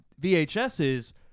VHS's